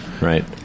Right